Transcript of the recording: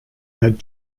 had